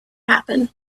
happen